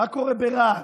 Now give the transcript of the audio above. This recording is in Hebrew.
מה קורה ברהט?